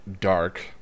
Dark